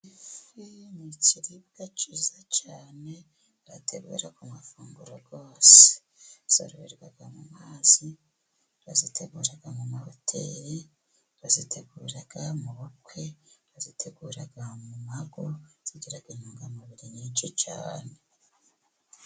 Ifi ni ikiribwa cyiza cyane bategura ku mafunguro yose. Zororererwa mu mazi, bazitegura mi mahoteli, bazitegura mu bukwe, bazitegura mu mugo, zigira intungamubiri nyinshi cyane.